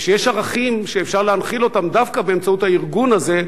ושיש ערכים שאפשר להנחיל אותם דווקא באמצעות הארגון הזה,